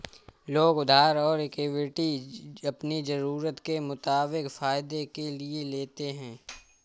लोग उधार और इक्विटी अपनी ज़रूरत के मुताबिक फायदे के लिए लेते है